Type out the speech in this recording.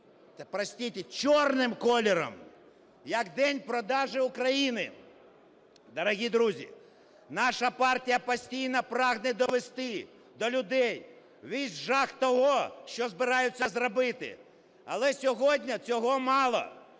простите, чорним кольором як день продажу України. Дорогі друзі, наша партія прагне довести до людей весь жах того, що збираються зробити. Але сьогодні цього мало,